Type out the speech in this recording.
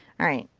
alright.